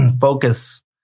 focus